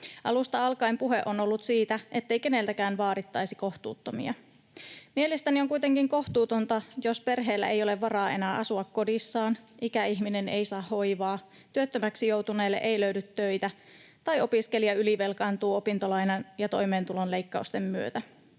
Alusta alkaen puhe on ollut siitä, ettei keneltäkään vaadittaisi kohtuuttomia. Mielestäni on kuitenkin kohtuutonta, jos perheellä ei ole varaa enää asua kodissaan, ikäihminen ei saa hoivaa, työttömäksi joutuneelle ei löydy töitä tai opiskelija ylivelkaantuu opintolainan ja toimeentulon leikkausten myötä.